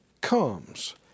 comes